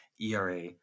ERA